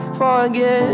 forget